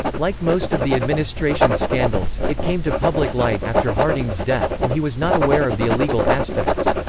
like most of the administration's scandals, it came to public light after harding's death, and he was not aware of the illegal aspects.